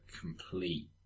complete